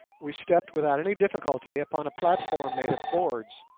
we stepped without any difficulty upon a platform made of boards,